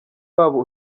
wabo